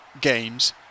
games